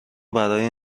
برای